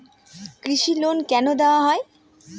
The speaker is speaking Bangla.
কৃষি লোন কেন দেওয়া হয়?